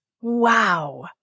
Wow